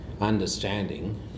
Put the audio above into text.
understanding